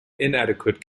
inadequate